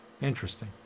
interesting